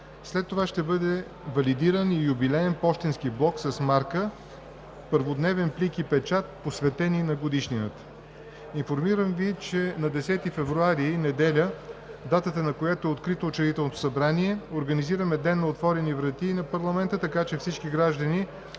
След това ще бъде валидиран и юбилеен пощенски блок с марка, първодневен плик и печат, посветени на годишнината. Информирам Ви, че на 10 февруари, неделя – датата, на която е открито Учредителното събрание, организираме ден на „Отворени врати“ на парламента, така че всички граждани